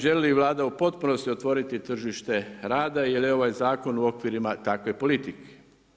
Želi li Vlada u potpunosti otvoriti tržište rada i jel li je ovaj zakon u okvirima takve politike?